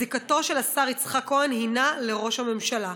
זיקתו של השר יצחק כהן הינה לראש הממשלה.